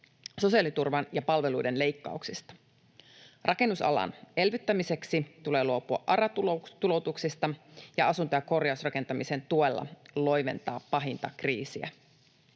sosiaaliturvan ja palveluiden leikkauksista. Rakennusalan elvyttämiseksi tulee luopua ARA-tuloutuksista ja asunto- ja korjausrakentamisen tuella loiventaa pahinta kriisiä.